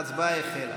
ההצבעה החלה.